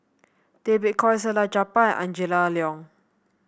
Tay Bak Koi Salleh Japar and Angela Liong